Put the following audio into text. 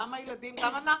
גם הילדים, גם אנחנו.